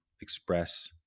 express